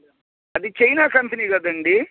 అది China company కదండీ